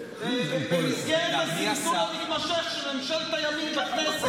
זה במסגרת הזלזול המתמשך של ממשלת הימין בכנסת,